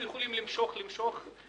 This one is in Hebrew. אנחנו יכולים למשוך ולמשוך.